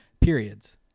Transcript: periods